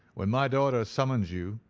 when my daughter summons you,